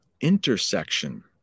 intersection